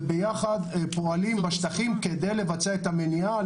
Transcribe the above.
ביחד הם פועלים בשטחים כדי לבצע את המניעה.